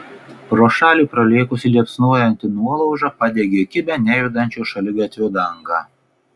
pro šalį pralėkusi liepsnojanti nuolauža padegė kibią nejudančio šaligatvio dangą